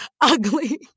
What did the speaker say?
ugly